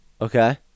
Okay